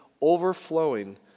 overflowing